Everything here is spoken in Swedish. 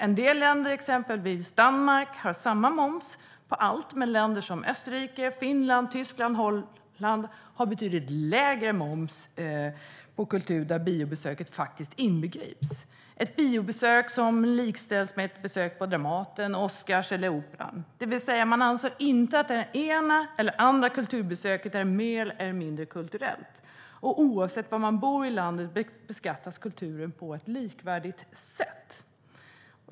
En del länder, exempelvis Danmark, har samma moms på allt, medan länder som Österrike, Finland, Tyskland och Holland har betydligt lägre moms på kultur, där biobesöket faktiskt inbegrips. Ett biobesök likställs med ett besök på Dramaten, Oscars eller Operan. Det vill säga att man inte anser att det ena eller andra kulturbesöket är mer eller mindre kulturellt, och oavsett var i landet man bor beskattas kulturen på ett likvärdigt sätt.